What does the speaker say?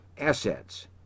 assets